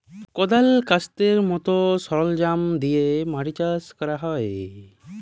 কদাল, ক্যাস্তের মত সরলজাম দিয়ে মাটি চাষ ক্যরা হ্যয়